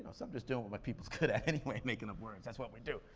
um just doing what my people's good at anyway, making up words, that's what we do.